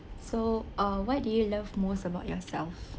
so uh what do you love most about yourself